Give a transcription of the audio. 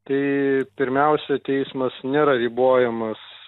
tai pirmiausia teismas nėra ribojamas